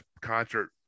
concert